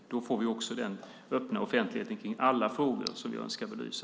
Då får vi också den öppna offentligheten i alla frågor som vi önskar belysa.